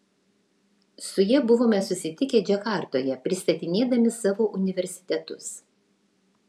su ja buvome susitikę džakartoje pristatinėdami savo universitetus